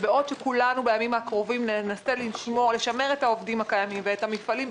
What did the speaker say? בעוד שכולנו בימים הקרובים ננסה לשמר את העובדים הקיימים ואת המפעלים,